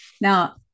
Now